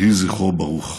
יהי זכרו ברוך.